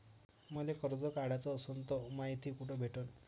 मले कर्ज काढाच असनं तर मायती कुठ भेटनं?